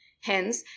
Hence